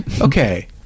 Okay